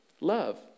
love